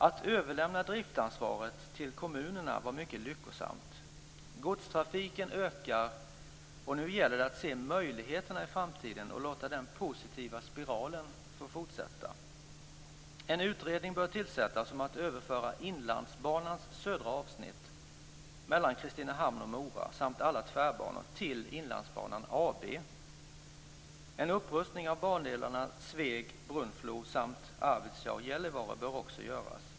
Att överlämna driftansvaret till kommunerna var mycket lyckosamt. Godstrafiken ökar och nu gäller det att se möjligheterna i framtiden och låta den positiva spiralen få fortsätta. En utredning bör tillsättas om att överföra Inlandsbanans södra avsnitt mellan Brunflo samt Arvidsjaur-Gällivare bör också göras.